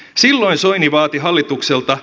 silloin soini vaati hallitukselta